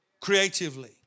creatively